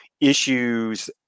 issues